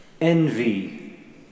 envy